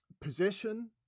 Position